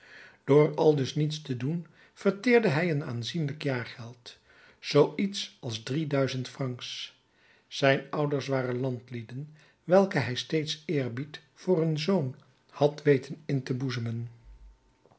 door aldus niets te doen verteerde hij een aanzienlijk jaargeld zoo iets als drie duizend francs zijn ouders waren landlieden welke hij steeds eerbied voor hun zoon had weten in te boezemen